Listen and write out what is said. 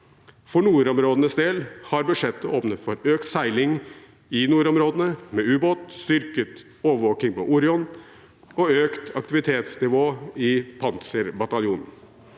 For nordområdenes del har budsjettet åpnet for økt seiling i nordområdene med ubåt, styrket overvåking med Orion-flyene og økt aktivitetsnivå i Panserbataljonen.